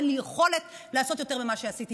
ואין לי יכולת לעשות יותר ממה שעשיתי.